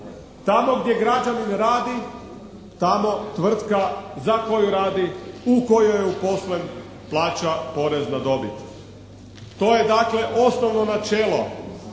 tamo gdje građanin radi, tamo tvrtka za koju radi u kojoj je zaposlen plaća porez na dobit. To je dakle osnovno načelo.